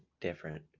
different